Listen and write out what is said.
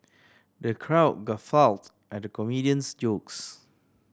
the crowd guffawed at the comedian's jokes